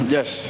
Yes